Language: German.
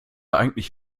eigentlich